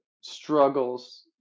struggles